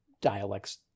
dialects